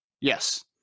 Yes